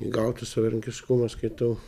gautų savarankiškumą skaitau